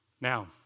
Now